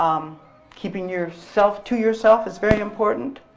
um keeping your self to yourself is very important.